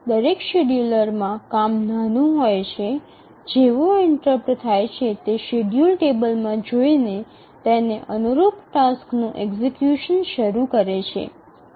દરેક શેડ્યૂલમાં કામ નાનું હોય છે જેવો ઇન્ટરપ્ટ થાય છે તે શેડ્યૂલ ટેબલમાં જોઈ ને તેને અનુરૂપ ટાસ્કનું એક્ઝિકયુશન શરૂ કરે છે